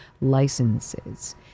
licenses